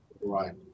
right